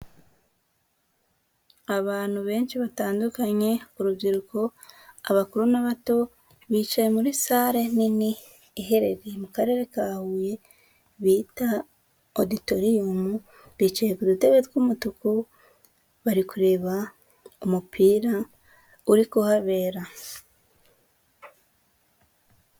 Abantu benshi batandukanye urubyiruko, abakuru n'abato, bicaye muri sare nini iherereye mu karere ka huye bita oduterimu, bicaye ku dutebe tw'umutuku bari kureba umupira uri kuhabera.